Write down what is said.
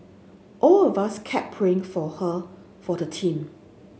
all of us kept praying for her for the team